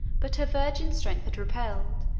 but her virgin strength had repelled,